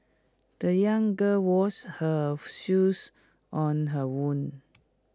the young girl washed her shoes on her own